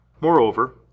Moreover